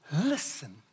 Listen